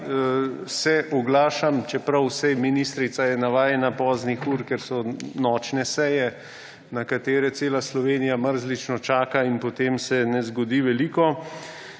se oglašam, čeprav vsaj ministrica je navajena poznih ur, ker so nočne seje, na katere cela Slovenija mrzlično čaka, in potem se ne zgodi veliko.